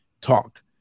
talk